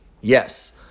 Yes